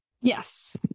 Yes